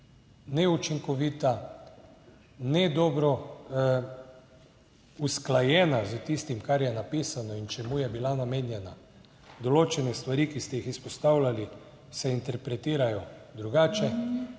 neučinkovita, ne dobro usklajena s tistim, kar je napisano in čemu je bila namenjena. Določene stvari, ki ste jih izpostavljali se interpretirajo drugače.